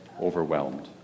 overwhelmed